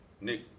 Nick